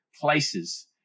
places